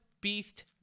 Beast